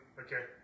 Okay